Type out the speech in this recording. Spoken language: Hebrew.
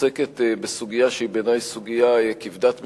הצעת החוק הזאת עוסקת בסוגיה שהיא בעיני סוגיה כבדת משקל,